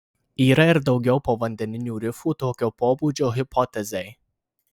yra ir daugiau povandeninių rifų tokio pobūdžio hipotezei